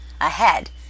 ahead